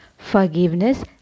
Forgiveness